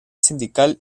sindical